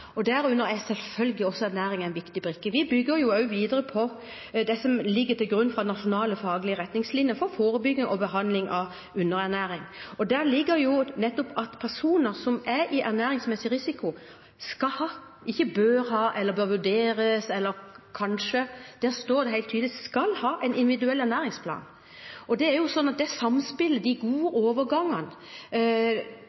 og herunder er selvfølgelig ernæring en viktig brikke. Vi bygger også videre på det som ligger til grunn for nasjonale faglige retningslinjer for forebygging og behandling av underernæring, og der ligger nettopp at personer som er i en ernæringsmessig risiko, skal ha en individuell ernæringsplan – ikke at de bør ha, eller at det kanskje bør vurderes – det står det helt tydelig at de skal ha.